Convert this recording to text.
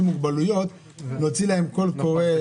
עם מוגבלויות להוציא להם קול קורא,